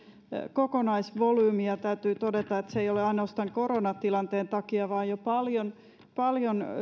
kokonaisvolyymi ja täytyy todeta että se ei ole ainoastaan koronatilanteen takia vaan jo paljon paljon